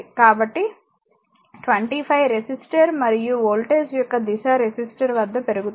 కాబట్టి 25 రెసిస్టర్ మరియు వోల్టేజ్ యొక్క దిశ రెసిస్టర్ వద్ద పెరుగుతుంది